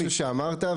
כשאמרת,